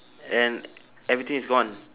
and everything is gone